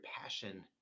passion